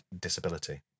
disability